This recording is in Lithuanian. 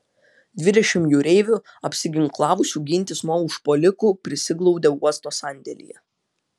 dvidešimt jūreivių apsiginklavusių gintis nuo užpuolikų prisiglaudė uosto sandėlyje